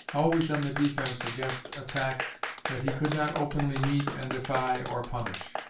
always on the defense against attacks that he could not openly meet and defy or punish.